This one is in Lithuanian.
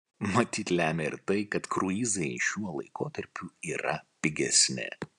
matyt lemia ir tai kad kruizai šiuo laikotarpiu yra pigesni